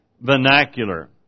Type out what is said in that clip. vernacular